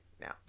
now